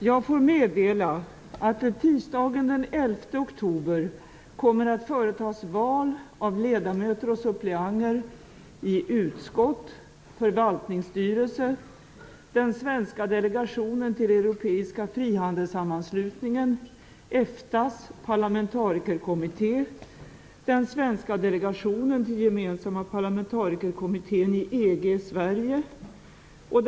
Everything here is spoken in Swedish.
Fru talman! Ledamöter av riksdagen! Den regering som i dag tillträder ställs inför svårare problem och större utmaningar än någon tidigare svensk regering i modern tid. Under de år som ligger framför oss kommer stora krav att ställas både på handlingskraft och på vilja och förmåga till samarbete. Därför behövs en handlingskraftig samarbetsregering.